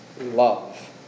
love